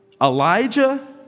Elijah